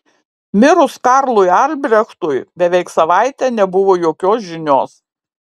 mirus karlui albrechtui beveik savaitę nebuvo jokios žinios